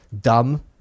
dumb